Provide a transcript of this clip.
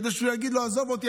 כדי שהוא יגיד: עזוב אותי,